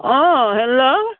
অঁ হেল্ল'